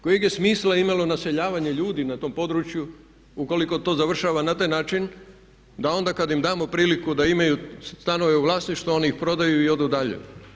Kojeg je smisla imalo naseljavanje ljudi na tom području ukoliko to završava na taj način da onda kad im damo priliku da imaju stanove u vlasništvu a oni ih prodaju i odu dalje.